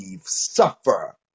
Suffer